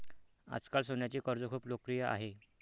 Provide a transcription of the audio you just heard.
आजकाल सोन्याचे कर्ज खूप लोकप्रिय आहे